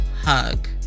hug